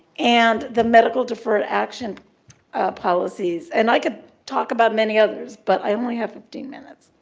and the medical deferred action policies. and i could talk about many others, but i only have fifteen minutes.